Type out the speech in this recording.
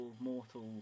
mortal